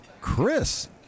Chris